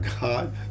God